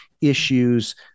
issues